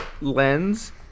lens